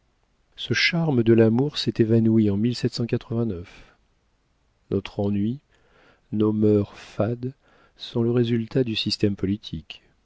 ce charme de l'amour s'est évanoui en notre ennui nos mœurs fades sont le résultat du système politique